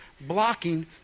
blocking